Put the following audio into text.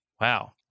Wow